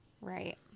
Right